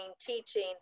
teaching